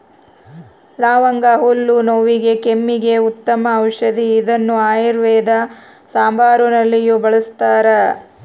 ಲವಂಗ ಹಲ್ಲು ನೋವಿಗೆ ಕೆಮ್ಮಿಗೆ ಉತ್ತಮ ಔಷದಿ ಇದನ್ನು ಆಯುರ್ವೇದ ಸಾಂಬಾರುನಲ್ಲಿಯೂ ಬಳಸ್ತಾರ